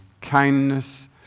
kindness